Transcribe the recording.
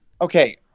Okay